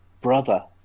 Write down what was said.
brother